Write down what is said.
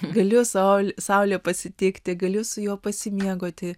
galiu saulę pasitikti galiu su juo pasimėgauti